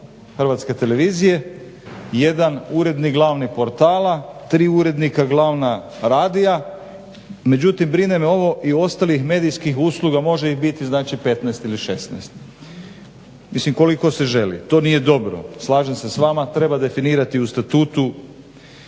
kanala HTV-a, jedan urednik glavni portala, tri urednika glavna radija, međutim brine me ovo i ostalih medijskih usluga može ih biti znači 15 ili 16, mislim koliko se želi. To nije dobro. Slažem se s vama, treba definirati u Statutu.